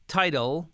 title